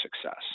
success